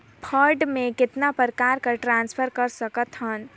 Fund मे कतना प्रकार से ट्रांसफर कर सकत हन?